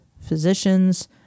physicians